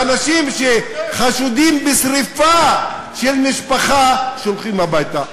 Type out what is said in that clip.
ואנשים שחשודים בשרפה של משפחה, שולחים הביתה.